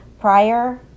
prior